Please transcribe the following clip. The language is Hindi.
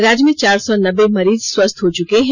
राज्य में चार सौ नब्बे मरीज स्वस्थ हो चुके हैं